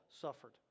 suffered